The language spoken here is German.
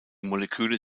moleküle